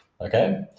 okay